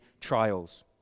trials